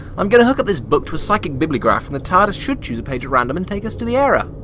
i'm going to hook up this book to a psychic bibliograph and the tardis should choose a page at random and take us to that era!